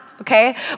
Okay